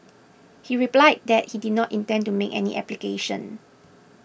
he replied that he did not intend to make any application